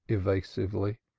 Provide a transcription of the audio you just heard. evasively.